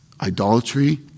Idolatry